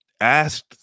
asked